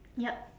yup